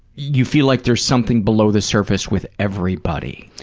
you feel like there's something below the surface with everybody